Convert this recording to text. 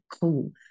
cool